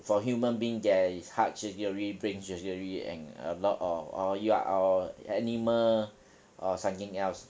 for human being there is heart surgery brain surgery and a lot of or ya or animal or something else